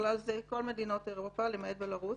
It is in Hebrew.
ובכלל זה כל מדינות אירופה למעט בלארוס.